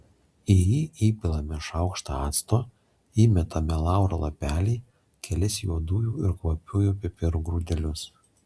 į jį įpilame šaukštą acto įmetame lauro lapelį kelis juodųjų ir kvapiųjų pipirų grūdelius